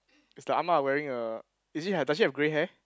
is the ah ma wearing a is she does she have grey hair